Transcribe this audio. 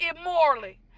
immorally